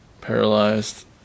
Paralyzed